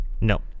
No